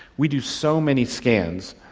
we do so many scams,